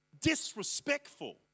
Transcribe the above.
disrespectful